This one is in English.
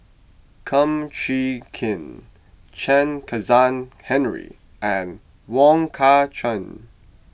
Kum Chee Kin Chen Kezhan Henri and Wong Kah Chun